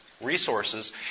resources